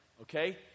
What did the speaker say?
okay